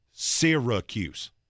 Syracuse